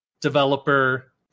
developer